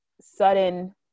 sudden